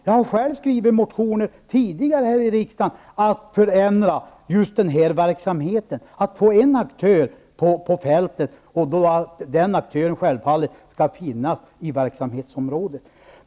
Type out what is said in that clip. Jag har själv skrivit motioner tidigare här i riksdagen om att man skall förändra just den här verksamheten och få en aktör på fältet. Den aktören skall självfallet finnas i verksamhetsområdet.